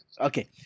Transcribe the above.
Okay